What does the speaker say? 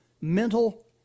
mental